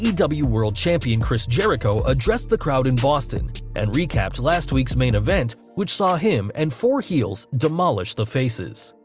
ah aew world champion chris jericho addressed the crowd in boston and recapped last week's main event, which saw him and four heels demolish the faces.